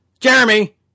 Jeremy